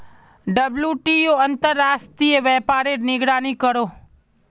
WTO अंतर्राश्त्रिये व्यापारेर निगरानी करोहो